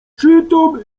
czytam